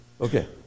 Okay